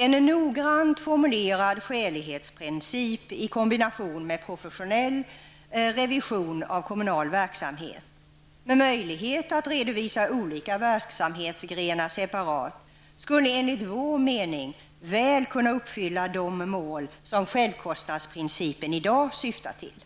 En noggrant formulerad skälighetsprincip i kombination med professionell revision av kommunal verksamhet -- med möjlighet att redovisa olika verksamhetsgrenar separat -- skulle enligt vår mening väl kunna uppfylla de mål som självkostnadsprincipen i dag syftar till.